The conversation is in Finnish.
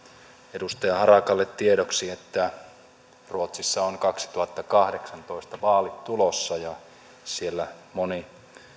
edustaja harakalle tiedoksi että ruotsissa on kaksituhattakahdeksantoista vaalit tulossa ja siellä moni